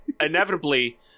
inevitably